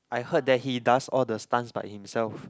I heard that he does all the stunts by himself